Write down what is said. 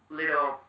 little